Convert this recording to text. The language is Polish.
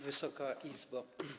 Wysoka Izbo!